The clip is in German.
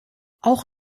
auch